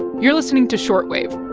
you're listening to short wave